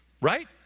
Right